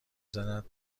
زند